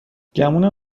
گمونم